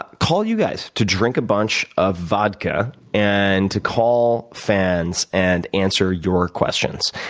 ah call you guys. to drink a bunch of vodka and to call fans and answer your questions.